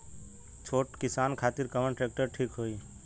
छोट किसान खातिर कवन ट्रेक्टर ठीक होई?